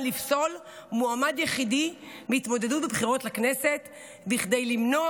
לפסול מועמד יחידי מהתמודדות בבחירות לכנסת כדי למנוע